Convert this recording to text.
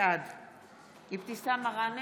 בעד אבתיסאם מראענה,